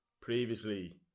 previously